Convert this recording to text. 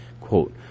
Quote